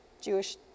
Jewish